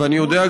ואני יודע,